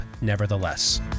nevertheless